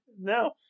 No